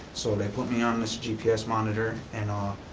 so they put me on this gps monitor, and